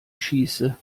schieße